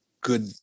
good